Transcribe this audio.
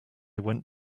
went